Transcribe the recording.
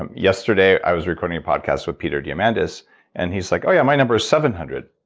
um yesterday, i was recording a podcast with peter diamandis and he's like, oh yeah, my number is seven hundred.